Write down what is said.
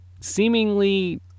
seemingly